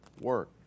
work